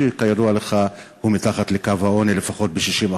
שכידוע לך הוא מתחת לקו העוני לפחות ב-60%,